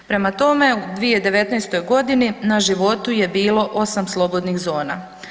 Prema tome, u 2019. g. na životu je bilo 8 slobodnih zona.